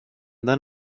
then